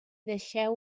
deixeu